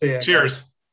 Cheers